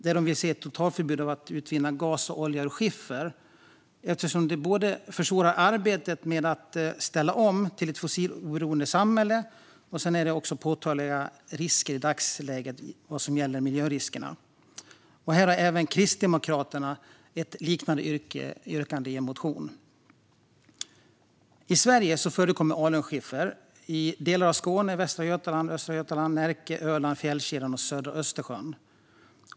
De vill se ett totalförbud mot utvinning av gas och olja ur skiffer eftersom sådan utvinning både försvårar arbetet med att ställa om till ett fossiloberoende samhälle och i dagsläget innebär påtagliga miljörisker. Även Kristdemokraterna har en liknande motion. I Sverige förekommer alunskiffer i delar av Skåne, Västergötland, Östergötland, Närke, Öland, fjällkedjan och södra Östersjön.